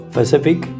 Pacific